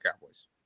Cowboys